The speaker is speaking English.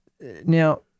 Now